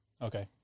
Okay